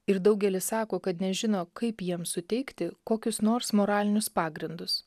ir daugelis sako kad nežino kaip jiems suteikti kokius nors moralinius pagrindus